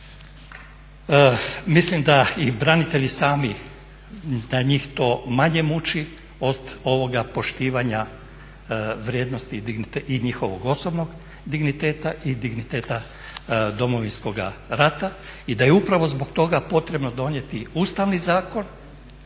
mislim da i branitelji sami, da njih to manje muči od ovoga poštivanja vrijednosti i njihovog osobnog digniteta i digniteta Domovinskog rata i da je upravo zbog toga potrebno donijeti ustavni zakon.